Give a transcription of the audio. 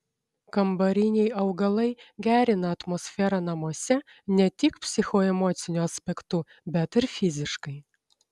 kambariniai augalai gerina atmosferą namuose ne tik psichoemociniu aspektu bet ir fiziškai